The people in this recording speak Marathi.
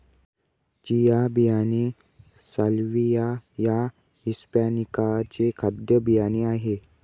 चिया बियाणे साल्विया या हिस्पॅनीका चे खाद्य बियाणे आहे